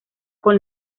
con